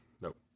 Nope